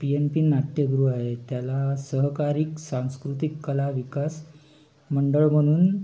P N P नाट्यगृअ आहे त्याला सहकारीक सांस्कृतिक कला विकास मंडळ म्हणून